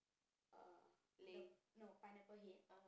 uh the no Pineapple Head